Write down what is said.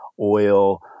oil